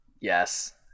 Yes